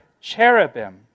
cherubim